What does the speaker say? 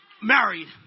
married